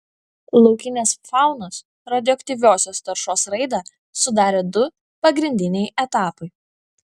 laukinės faunos radioaktyviosios taršos raidą sudarė du pagrindiniai etapai